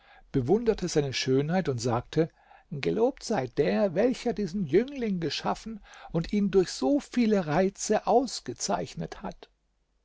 bewunderte seine schönheit und sagte gelobt sei der welcher diesen jüngling geschaffen und ihn durch so viele reize ausgezeichnet hat